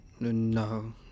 No